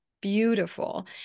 beautiful